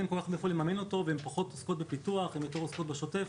מאיפה לממן אותו והם פחות עוסקות בפיתוח ויותר בשוטף.